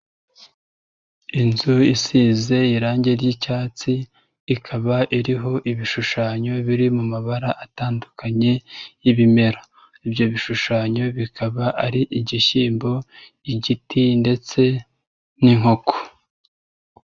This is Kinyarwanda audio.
Inzu isize irangi ry'icyatsi, ikaba iriho ibishushanyo biri mu mabara atandukanye y'ibimera. Ibyo bishushanyo bikaba ari igishyimbo, igiti ndetse n'inkoko.